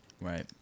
Right